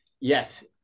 yes